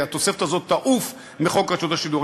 התוספת הזאת תעוף מחוק רשות השידור.